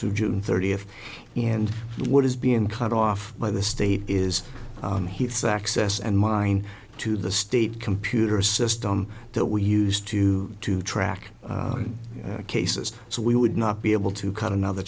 through june thirtieth and what is being cut off by the state is on heath's access and mine to the state computer system that we used to to track cases so we would not be able to cut another